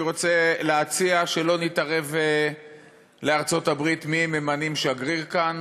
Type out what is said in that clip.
אני רוצה להציע שלא נתערב לארצות-הברית במי הם ממנים לשגריר כאן,